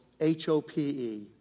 H-O-P-E